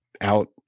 out